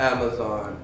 Amazon